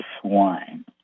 swine